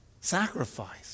Sacrifice